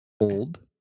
Old